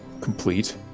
complete